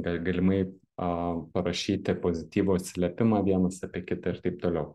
ga galimai a parašyti pozityvų atsiliepimą vienas apie kitą ir taip toliau